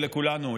ולכולנו,